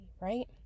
right